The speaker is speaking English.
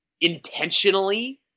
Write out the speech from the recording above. intentionally